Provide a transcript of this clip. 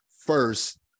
first